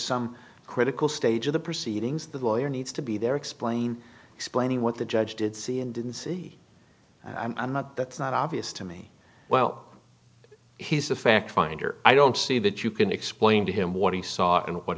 some critical stage of the proceedings the lawyer needs to be there explain explaining what the judge did see and didn't see i'm not that's not obvious to me well he's a fact finder i don't see that you can explain to him what he saw